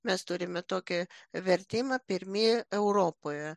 mes turime tokį vertimą pirmieji europoje